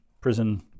prison